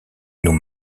nous